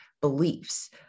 beliefs